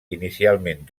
inicialment